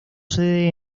sede